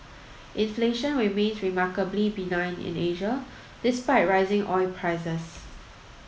inflation remains remarkably benign in Asia despite rising oil prices